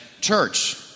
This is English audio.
church